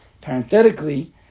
Parenthetically